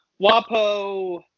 WAPO